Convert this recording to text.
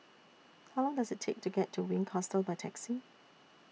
How Long Does IT Take to get to Wink Hostel By Taxi